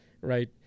right